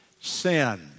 sin